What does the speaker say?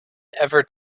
ever